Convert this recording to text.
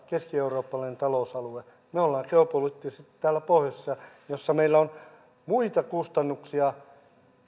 keskieurooppalainen talousalue me olemme geopoliittisesti täällä pohjoisessa missä meillä on muita kustannuksia